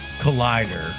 collider